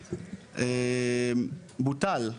בוטל.